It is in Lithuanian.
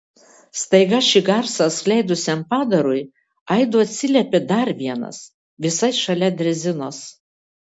staiga šį garsą skleidusiam padarui aidu atsiliepė dar vienas visai šalia drezinos